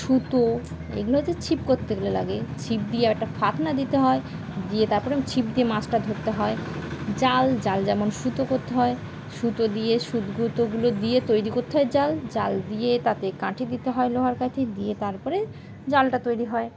সুতো এগুলো হচ্ছে ছিপ করতে গেলে লাগে ছিপ দিয়ে একটা ফাাতনা দিতে হয় দিয়ে তারপরে ছিপ দিয়ে মাছটা ধরতে হয় জাল জাল যেমন সুতো করতে হয় সুতো দিয়ে সুতগুঁতোগুলো দিয়ে তৈরি করতে হয় জাল জাল দিয়ে তাতে কাঠে দিতে হয় লোহার কাঠি দিয়ে তারপরে জালটা তৈরি হয়